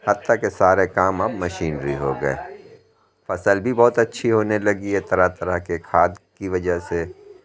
حتیٰ کہ سارے کام اب مشینری ہو گیا فصل بھی بہت اچھی ہونے لگی ہے طرح طرح کے کھاد کی وجہ سے